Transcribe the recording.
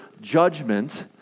judgment